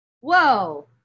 Whoa